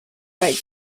right